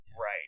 Right